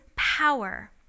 power